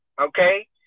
okay